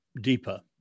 deeper